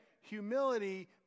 Humility